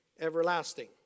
everlasting